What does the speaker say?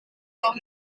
van